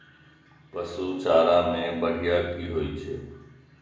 पशु चारा मैं बढ़िया की होय छै?